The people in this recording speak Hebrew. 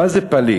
מה זה פליט.